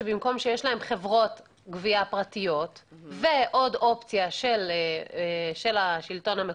שבמקום שיש להן חברות גבייה פרטיות ועוד אופציה של השלטון המקומי,